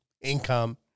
income